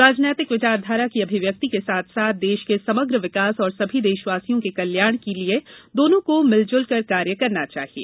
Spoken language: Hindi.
राजनैतिक विचारधारा की अमिव्यक्ति के साथ साथ देश के समग्र विकास और समी देशवासियों के कल्याण के लिए दोनो को मिलजुलकर कार्य करना चाहिये